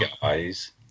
guys